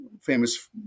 famous